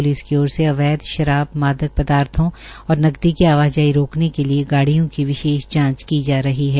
police की ओर से अवैध शराब मादक पदार्थो और नकदी की आवाजाही रोकने के लिये गाडियों की विशेष जाचं की जा रही है